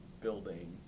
building